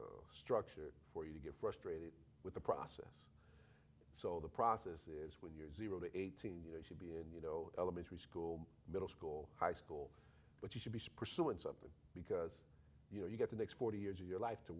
they're structured for you to get frustrated with the process so the process is when you're zero to eighteen you know should be in you know elementary school middle school high school but you should be pursuing something because you know you get the next forty years of your life to